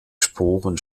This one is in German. sporen